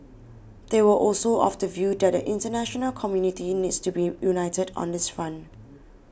they were also of the view that the international community needs to be united on this front